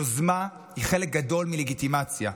יוזמה היא חלק גדול מלגיטימציה.